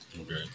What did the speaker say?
Okay